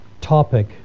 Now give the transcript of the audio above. topic